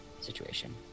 situation